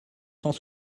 cent